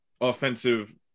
offensive